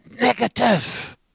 Negative